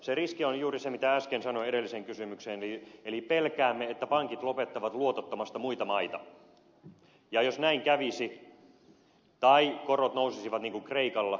se riski on juuri se mitä äsken sanoin edelliseen kysymykseen liittyen eli pelkäämme että pankit lopettavat luotottamasta muita maita ja jos näin kävisi tai korot nousisivat niin kuin kreikalla niin sitten me olisimme entistä suuremmissa ongelmissa